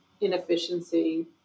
inefficiency